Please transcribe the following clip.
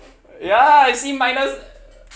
ya I see minus